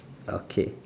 okay